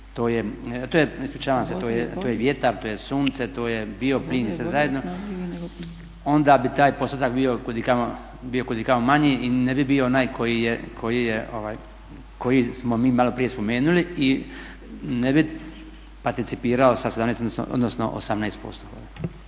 to je vjetar, to je sunce, to je bioplin onda bi taj postotak bio kudikamo manji i ne bi bio onaj koji smo mi maloprije spomenuli. Ne bi participirao sa 17,8, odnosno 18%.